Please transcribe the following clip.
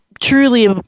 Truly